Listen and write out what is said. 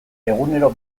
egunero